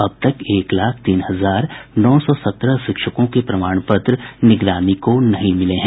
अब तक एक लाख तीन हजार नौ सौ सत्रह शिक्षकों के प्रमाण पत्र निगरानी को नहीं मिले हैं